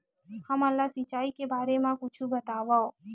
हमन ला सिंचाई के बारे मा कुछु बतावव?